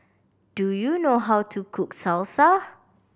do you know how to cook Salsa